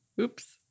Oops